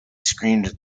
screamed